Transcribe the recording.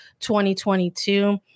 2022